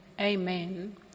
Amen